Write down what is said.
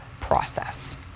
process